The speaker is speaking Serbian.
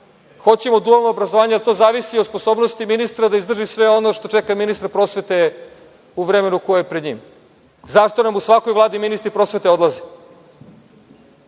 tome? Hoćemo dualno obrazovanje, ali to sve zavisi od sposobnosti ministra da izdrži sve ono što čeka ministra prosvete u vremenu koje je pred njim. Zašto nam u svakoj Vladi ministri prosvete odlaze?